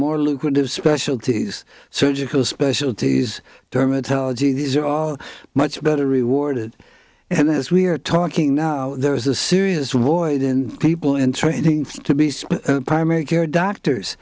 more lucrative specialties surgical specialties dermatology these are all much better rewarded and as we are talking now there is a serious void in people in training to be primary care doctors